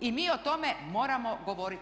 i mi o tome moramo govoriti.